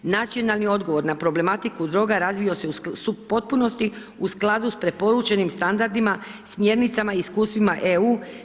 Nacionalni odgovor na problematiku droga razvio se u potpunosti u skladu s preporučenim standardima, smjernicama, iskustvima EU.